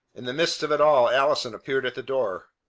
in the midst of it all allison appeared at the door.